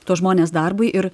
tuos žmones darbui ir